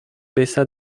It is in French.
baissa